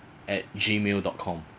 at gmail dot com